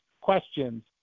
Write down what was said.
questions